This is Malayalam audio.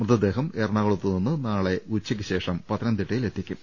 മൃതദേഹം എറണാകുളത്തുനിന്ന് നാളെ ഉച്ചയ്ക്കുശേഷം പത്തനംതിട്ടയിലെത്തിക്കും